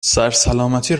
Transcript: سرسلامتی